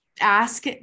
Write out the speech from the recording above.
ask